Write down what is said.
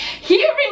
hearing